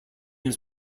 his